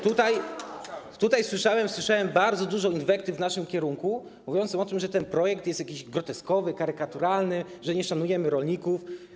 Tutaj słyszałem bardzo dużo inwektyw w naszym kierunku mówiących o tym, że ten projekt jest jakiś groteskowy, karykaturalny, że nie szanujemy rolników.